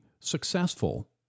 successful